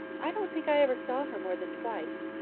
i don't think i ever saw her more than twice.